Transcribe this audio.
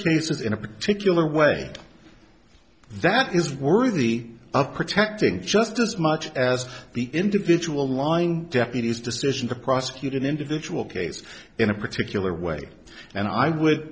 cases in a particular way that is worthy of protecting just as much as the individual line deputies decision to prosecute an individual case in a particular way and i would